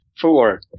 Four